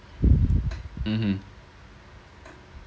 mmhmm